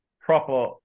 proper